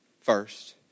first